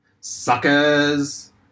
Suckers